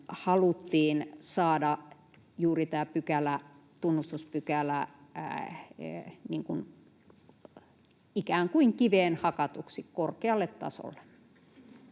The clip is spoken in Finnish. haluttiin saada juuri tämä tunnustuspykälä ikään kuin kiveen hakatuksi, korkealle tasolle.